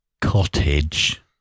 Cottage